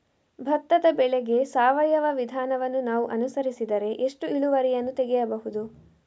ಭತ್ತದ ಬೆಳೆಗೆ ಸಾವಯವ ವಿಧಾನವನ್ನು ನಾವು ಅನುಸರಿಸಿದರೆ ಎಷ್ಟು ಇಳುವರಿಯನ್ನು ತೆಗೆಯಬಹುದು?